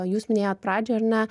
jūs minėjot pradžioj ar ne